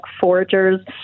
foragers